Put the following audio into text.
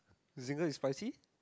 Zinger is spicy